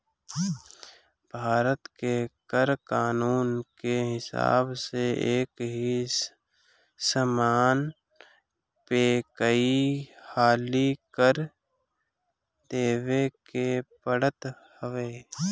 भारत के कर कानून के हिसाब से एकही समान पे कई हाली कर देवे के पड़त हवे